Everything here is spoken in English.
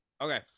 Okay